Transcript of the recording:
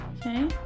okay